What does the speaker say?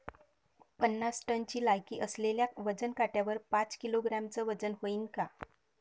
पन्नास टनची लायकी असलेल्या वजन काट्यावर पाच किलोग्रॅमचं वजन व्हईन का?